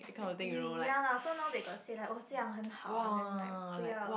um ya lah so now they got said like 这样很好 then like 不要